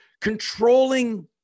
controlling